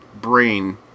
brain